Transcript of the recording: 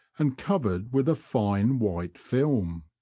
and covered with a fine white film.